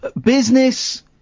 business